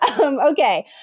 Okay